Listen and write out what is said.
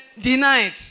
denied